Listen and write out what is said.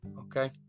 Okay